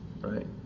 Right